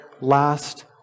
last